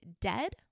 dead